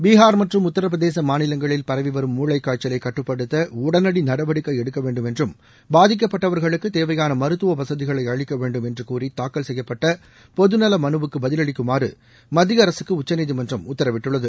பீகார் மற்றும் உத்தரபிரதேச மாநிலங்களில் பரவிவரும் மூளைக் காய்ச்சலை கட்டுப்படுத்த உடனடி நடவடிக்கை எடுக்கவேண்டும் என்றும் பாதிக்கப்பட்டவர்களுக்க தேவையான மருத்துவ வசதிகளை அளிக்கவேண்டும் என்று கூறி தாக்கல் செய்யப்பட்ட பொதுநல மனுவுக்கு பதிலளிக்குமாறு மத்திய அரசுக்கு உச்சநீதிமன்றம் உத்தரவிட்டுள்ளது